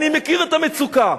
אני מכיר את המצוקה.